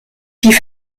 die